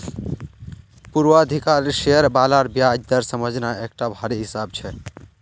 पूर्वाधिकारी शेयर बालार ब्याज दर समझना एकटा भारी हिसाब छै